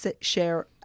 share